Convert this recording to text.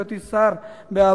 בהיותי שר בעבר,